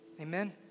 amen